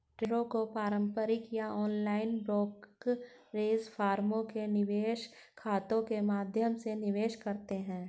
ट्रेडों को पारंपरिक या ऑनलाइन ब्रोकरेज फर्मों के निवेश खातों के माध्यम से निवेश करते है